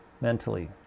mentally